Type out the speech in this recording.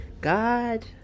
God